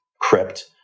crypt